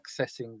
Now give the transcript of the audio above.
accessing